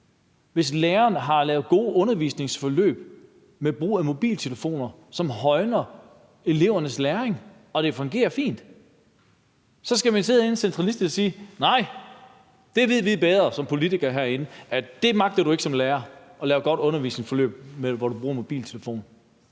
om læreren har lavet gode undervisningsforløb, hvor der bruges mobiltelefoner, som højner elevernes læring, og det fungerer fint, så sidder man herinde fra centralt hold og siger: Nej, det ved vi som politikere herinde bedre, altså at du som lærer ikke magter at lave gode undervisningsforløb, hvor man bruger mobiltelefoner.